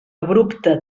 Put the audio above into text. abrupte